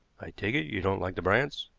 i take it you don't like the bryants,